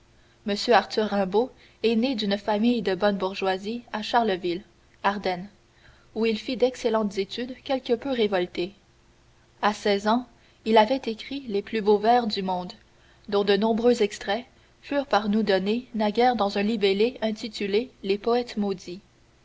m arthur rimbaud est né d'une famille de bonne bourgeoisie à charleville ardenne où il fit d'excellentes études quelque peu révoltées a seize ans il avait écrit les plus beaux vers du monde dont de nombreux extraits furent par nous donnés naguère dans un libelle intitulé les poètes maudits